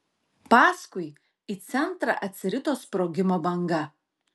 paskui į centrą atsirito sprogimo banga